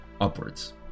upwards